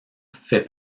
fait